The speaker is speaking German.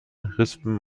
rispen